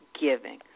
Giving